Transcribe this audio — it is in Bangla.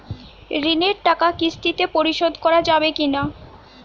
ঋণের টাকা কিস্তিতে পরিশোধ করা যাবে কি না?